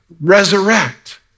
resurrect